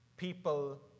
people